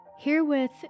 Herewith